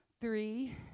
three